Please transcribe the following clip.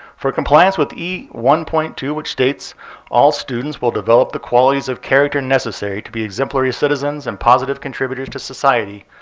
for compliance with e one point two, which states all students will develop the qualities of character necessary to be exemplary citizens and positive contributors to society,